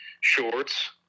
shorts